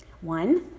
One